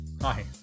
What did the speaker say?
Hi